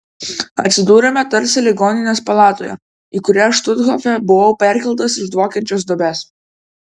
atsidūrėme tarsi ligoninės palatoje į kurią štuthofe buvau perkeltas iš dvokiančios duobės